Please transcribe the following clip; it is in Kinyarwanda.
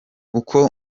uko